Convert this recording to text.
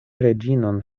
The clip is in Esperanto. reĝinon